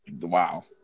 Wow